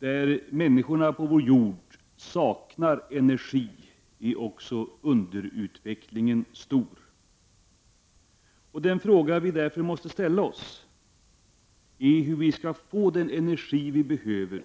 I de områden på vår jord där människorna saknar energi är också underutvecklingen stor. Den fråga vi måste ställa oss är hur vi skall få den energi som vi behöver